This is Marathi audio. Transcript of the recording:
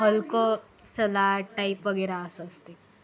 हलकं सलाड टाईप वगैरे असं असते